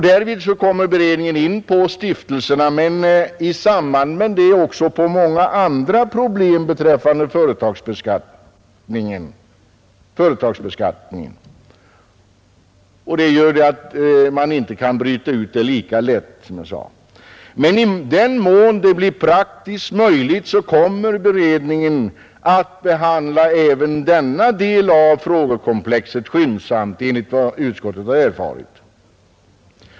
Därvid kommer beredningen in på stiftelserna och i samband med det också på många andra problem beträffande företagsbeskattningen. Detta gör att man inte kan bryta ut den frågan lika lätt. Men i den mån det är praktiskt möjligt kommer beredningen att behandla även denna del av frågekomplexet skyndsamt, enligt vad utskottet har erfarit.